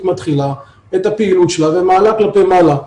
מתחילה את הפעילות שלה ומעלה כלפי מעלה.